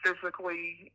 physically